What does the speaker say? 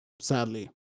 sadly